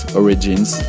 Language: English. origins